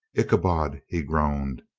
icha bod! he groaned.